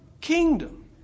kingdom